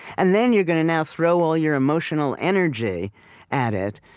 and then you're going to now throw all your emotional energy at it,